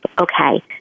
okay